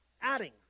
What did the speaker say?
adding